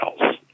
else